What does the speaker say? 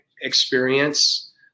experience